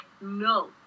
no